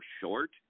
short